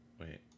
Wait